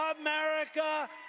America